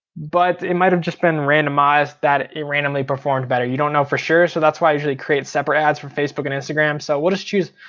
but it might have just been randomized that it randomly performed better, you don't know for sure. so that's why i usually create separate ads for facebook and instagram. so we'll just choose,